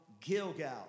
Gilgal